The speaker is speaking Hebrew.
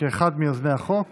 כאחד מיוזמי החוק